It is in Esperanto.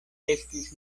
estis